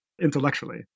intellectually